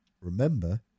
remember